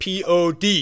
pod